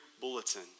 bulletin